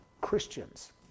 Christians